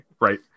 Right